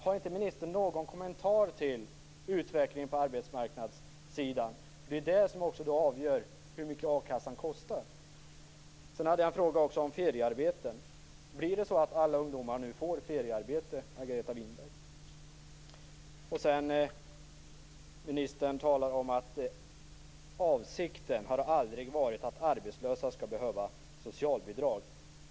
Har inte ministern någon kommentar till utvecklingen på arbetsmarknaden? Det är ju det som avgör hur mycket a-kassan kostar. Jag har också en fråga om feriearbeten. Blir det nu så att alla ungdomar får feriearbete, Margareta Winberg? Ministern talar om att avsikten aldrig har varit att arbetslösa skall behöva socialbidrag.